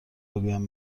بگویم